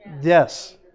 Yes